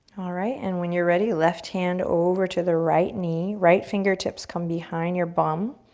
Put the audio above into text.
alright, and when you're ready, left hand over to the right knee, right fingertips come behind your bum.